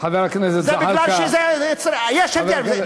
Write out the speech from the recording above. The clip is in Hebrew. יש הבדל.